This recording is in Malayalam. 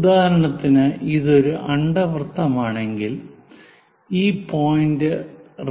ഉദാഹരണത്തിന് ഇത് ഒരു അണ്ഡവൃത്തമാണെങ്കിൽ ഈ പോയിന്റ്